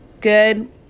good